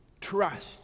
trust